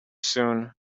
soon